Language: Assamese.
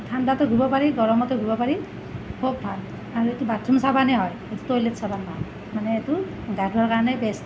ঠাণ্ডাটো ধুব পাৰি গৰমটো ধুব পাৰি খুব ভাল আৰু এইটো বাথৰূম চাবোনেই হয় টয়লেট চাবোন নহয় মানে এইটো গা ধোৱাৰ কাৰণে বেষ্ট